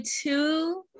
two